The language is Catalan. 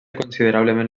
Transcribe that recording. considerablement